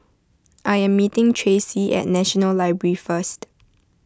I am meeting Tracee at National Library first